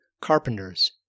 Carpenters